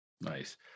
Nice